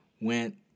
went